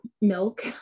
milk